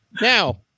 Now